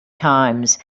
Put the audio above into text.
times